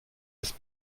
ist